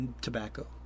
Tobacco